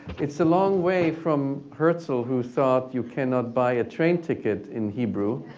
it's a long way from herzl, who thought you cannot buy a train ticket in hebrew.